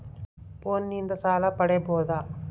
ಫೋನಿನಿಂದ ಸಾಲ ಪಡೇಬೋದ?